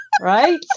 Right